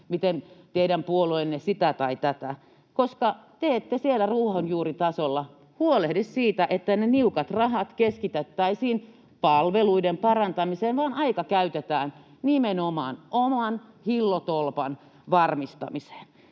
miten teidän puolueenne sitä tai tätä, koska te ette siellä ruohonjuuritasolla huolehdi siitä, että ne niukat rahat keskitettäisiin palveluiden parantamiseen, vaan aika käytetään nimenomaan oman hillotolpan varmistamiseen.